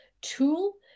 tool